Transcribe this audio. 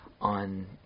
on